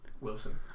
Wilson